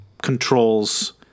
Controls